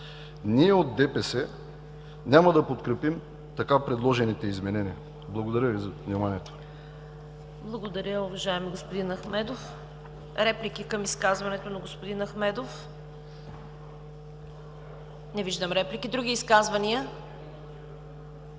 Ние, от ДПС, няма да подкрепим така предложените изменения. Благодаря Ви за вниманието. ПРЕДСЕДАТЕЛ ЦВЕТА КАРАЯНЧЕВА: Благодаря, уважаеми господин Ахмедов. Реплики към изказването на господин Ахмедов? Не виждам реплики. Други изказвания?